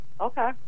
Okay